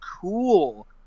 cool